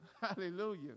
Hallelujah